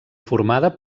formada